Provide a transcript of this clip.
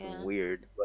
Weird